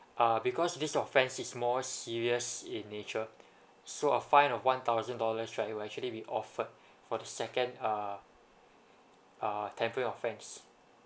uh because this offence is more serious in nature so a fine of one thousand dollars right it will actually be offered for the second uh uh temporary offence